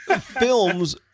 films